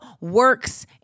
works